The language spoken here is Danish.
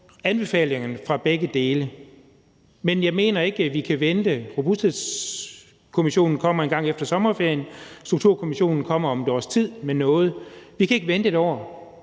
anbefalingerne fra begge dele – men jeg mener ikke, vi kan vente. Robusthedskommissionen kommer med noget engang efter sommerferien, Sundhedsstrukturkommissionen kommer med noget om et års tid. Vi kan ikke vente et år